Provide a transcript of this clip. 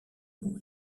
nom